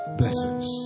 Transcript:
blessings